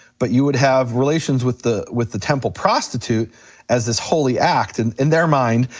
but you would have relations with the with the temple prostitute as this holy act, and in their mind.